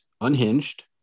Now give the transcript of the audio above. Unhinged